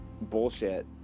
bullshit